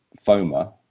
FOMA